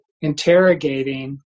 interrogating